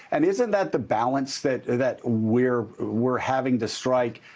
and isn't that the balance that that we're we're having to sdrik,